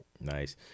Nice